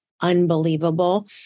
unbelievable